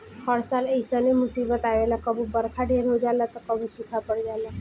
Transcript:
हर साल ऐइसने मुसीबत आवेला कबो बरखा ढेर हो जाला त कबो सूखा पड़ जाला